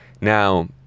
now